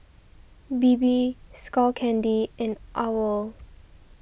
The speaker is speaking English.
Bebe Skull Candy and Owl